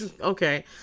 Okay